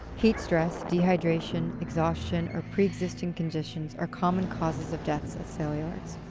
heat stress, dehydration, exhaustion, or pre-existing conditions are common causes of deaths at saleyards.